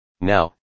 Now